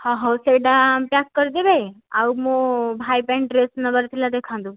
ହଁ ହେଉ ସେ'ଟା ପ୍ୟାକ୍ କରିଦେବେ ଆଉ ମୁଁ ଭାଇ ପାଇଁ ଡ୍ରେସ୍ ନେବାର ଥିଲା ଦେଖାନ୍ତୁ